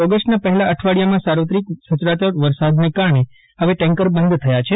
ઓગસ્ટના પહેલા અઠવાડિયામાં સાર્વત્રિક સચરાચર વરસાદને કારણે ટેન્કર બંધ થયા છે